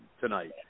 tonight